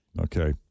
Okay